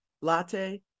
latte